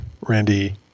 Randy